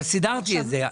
אבל סידרתי את זה.